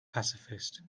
pacifist